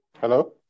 Hello